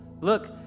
look